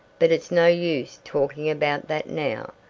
but it's no use talking about that now.